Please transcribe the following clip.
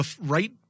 right